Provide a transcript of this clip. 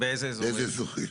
באיזה אזורים?